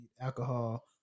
alcohol